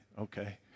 Okay